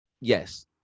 yes